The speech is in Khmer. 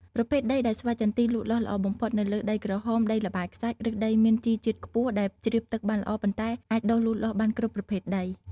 ប្រភេទដីដែលស្វាយចន្ទីលូតលាស់ល្អបំផុតនៅលើ ដីក្រហម ដីល្បាយខ្សាច់ ឬដីមានជីជាតិខ្ពស់ដែល ជ្រាបទឹកបានល្អប៉ុន្តែអាចដុះលូតលាស់បានគ្រប់ប្រភេទដី។